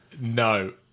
No